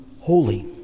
holy